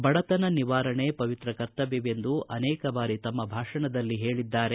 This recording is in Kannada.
ಬಡತನ ನಿವಾರಣೆ ಪವಿತ್ರ ಕರ್ತವ್ಯವೆಂದು ಅನೇಕ ಬಾರಿ ತಮ್ಮ ಭಾಷಣದಲ್ಲಿ ಹೇಳಿದ್ದಾರೆ